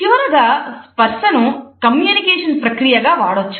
చివరిగా స్పర్సను కమ్యూనికేషన్ ప్రక్రియగా వాడవచ్చు